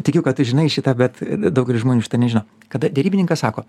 tikiu kad tu žinai šitą bet daugelis žmonių šito nežino kada derybininkas sako